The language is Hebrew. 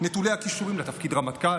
נטולי הכישורים לתפקיד רמטכ"ל.